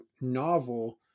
novel